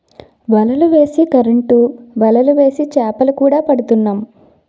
వలలు వేసి కరెంటు వలలు వేసి కూడా చేపలు పడుతున్నాం